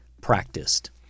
practiced